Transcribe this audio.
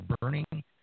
burning